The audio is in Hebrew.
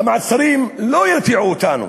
המעצרים לא ירתיעו אותנו,